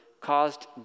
caused